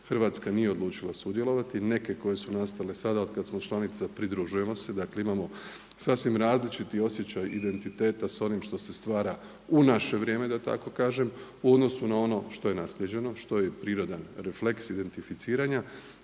Hrvatska nije odlučila sudjelovati. Neke koje su nastale sada od kada smo članica pridružujemo se. Dakle imamo sasvim različiti osjećaj identiteta s onim što se stvara u naše vrijeme da tako kažem u odnosu na ono što je naslijeđeno, što je i prirodan refleks identificiranja.